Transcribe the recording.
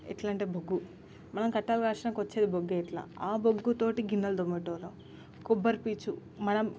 ఎట్లంటే బొగ్గు మనం కట్టెలు పేర్చడం కొచ్చేది బొగ్గే ఇట్లా బొగ్గుతోటి గిన్నెలు తోమేటోరు కొబ్బరి పీచు మనం